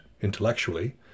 intellectually